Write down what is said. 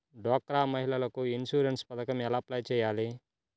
డ్వాక్రా మహిళలకు ఇన్సూరెన్స్ పథకం ఎలా అప్లై చెయ్యాలి?